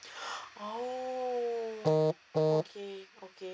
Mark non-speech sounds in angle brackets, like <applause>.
oh <noise> okay okay